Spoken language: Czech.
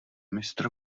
mistr